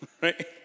right